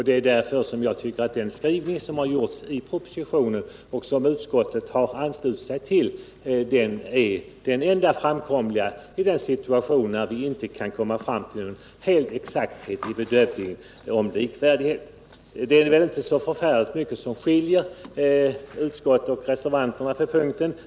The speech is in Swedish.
Det är därför som jag anser att den skrivning som har gjorts i propositionen och som utskottet har anslutit sig till är den enda framkomliga vägen i en situation när vi inte kan komma fram till någon exakthet vid bedömningen av likvärdighet. Det är inte så förfärligt mycket som skiljer utskottets och reservanternas förslag på den punkten.